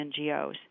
NGOs